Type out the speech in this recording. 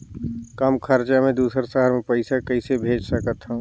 कम खरचा मे दुसर शहर मे पईसा कइसे भेज सकथव?